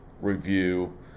review